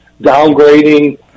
downgrading